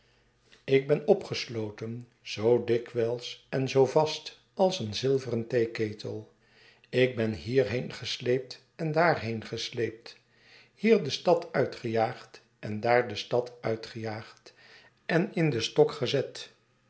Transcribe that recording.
ik ben opgesloten zoo dikwijls en zoo vast als een zilveren theeketel ik ben hierheen gesleept en daarheen gesleept hier de stad uitgejaagd en daar de stad uitgejaagd en in den stok gezet